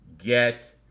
get